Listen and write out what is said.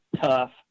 tough